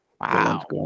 wow